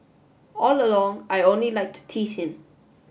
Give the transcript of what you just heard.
all along I only like to tease him